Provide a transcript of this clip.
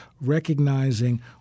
recognizing